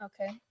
Okay